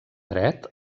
dret